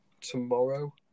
tomorrow